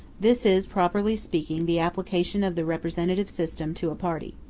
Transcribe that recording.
this is, properly speaking, the application of the representative system to a party.